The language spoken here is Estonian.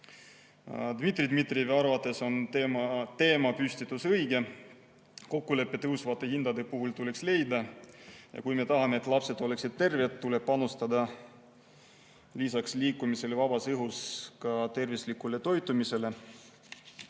Dmitri Dmitrijevi arvates on teemapüstitus õige, kokkulepe tõusvate hindade puhul tuleks leida, ja kui me tahame, et lapsed oleksid terved, tuleb panustada lisaks liikumisele vabas õhus ka tervislikule toitumisele.